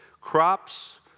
crops